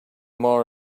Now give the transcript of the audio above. more